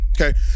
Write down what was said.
Okay